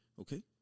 Okay